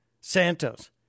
Santos